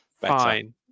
Fine